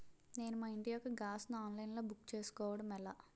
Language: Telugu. నేను మా ఇంటి యెక్క గ్యాస్ ను ఆన్లైన్ లో బుక్ చేసుకోవడం ఎలా?